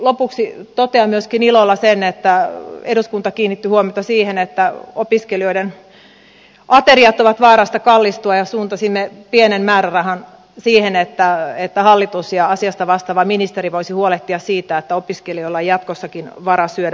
lopuksi totean myöskin ilolla sen että eduskunta kiinnitti huomiota siihen että opiskelijoiden ateriat ovat vaarassa kallistua ja suuntasimme pienen määrärahan siihen että hallitus ja asiasta vastaava ministeri voisivat huolehtia siitä että opiskelijoilla on jatkossakin varaa syödä